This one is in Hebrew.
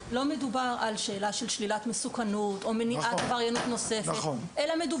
לא מדובר כאן על שאלה של מסוכנות או של מניעת עבריינות נוספת אלא,